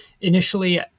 Initially